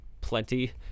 plenty